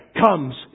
comes